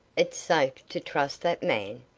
it safe to trust that man?